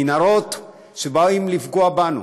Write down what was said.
מנהרות שבאות לפגוע בנו